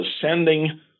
ascending